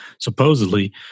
supposedly